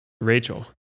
Rachel